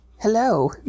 hello